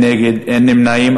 אין נגד ואין נמנעים.